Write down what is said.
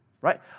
right